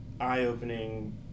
eye-opening